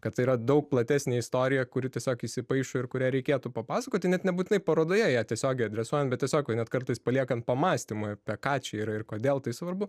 kad tai yra daug platesnė istorija kuri tiesiog įsipaišo ir kurią reikėtų papasakoti net nebūtinai parodoje ją tiesiogiai adresuojam bet tiesiog jau net kartais paliekam pamąstymui apie ką čia yra ir kodėl tai svarbu